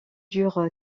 dure